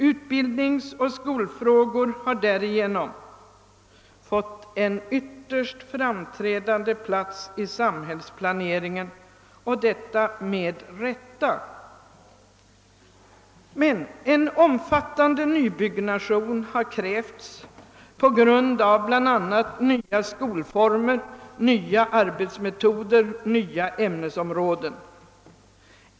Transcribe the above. Utbildningsoch skolfrågor har därigenom fått en ytterst framträdande plats i samhällsplaneringen, och detta med rätta. Men ett omfattande nybyggande har krävts bla. på grund av nya skolformer, nya arbetsmetoder och nya ämnesområden.